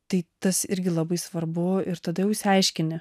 tai tas irgi labai svarbu ir tada jau išsiaiškini